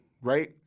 Right